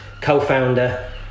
co-founder